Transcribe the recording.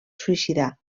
suïcidar